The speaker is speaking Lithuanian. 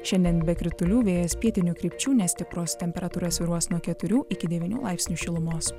šiandien be kritulių vėjas pietinių krypčių nestiprus temperatūra svyruos nuo keturių iki devynių laipsnių šilumos